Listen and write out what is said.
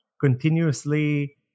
continuously